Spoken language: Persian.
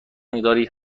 مقداری